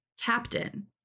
Captain